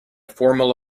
formal